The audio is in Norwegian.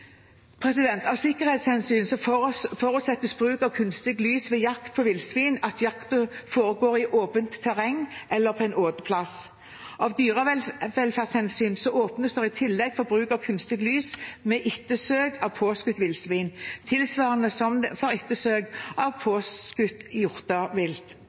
Av sikkerhetshensyn forutsetter bruk av kunstig lys ved jakt på villsvin at jakten foregår i åpent terreng eller på en åteplass. Av dyrevelferdshensyn åpnes det i tillegg for bruk av kunstig lys ved ettersøk av påskutt villsvin, tilsvarende som for ettersøk av